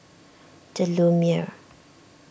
the Lumiere